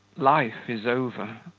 life is over.